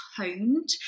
toned